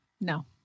No